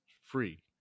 free